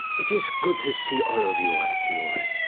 it is good to see all of you once more.